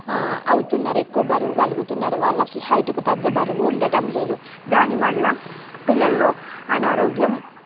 అవుతున్నారు ఎక్కువ బరువు గలుగుతున్నారు వాళ్ళకి హైట్కు తగ్గ బరువు ఉండటం లేదు దానివల్ల పిల్లల్లో అనారోగ్యం